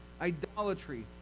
idolatry